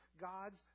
God's